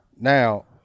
now